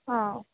हां